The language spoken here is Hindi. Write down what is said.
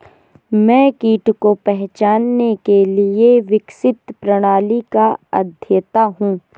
मैं कीट को पहचानने के लिए विकसित प्रणाली का अध्येता हूँ